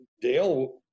Dale